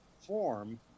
form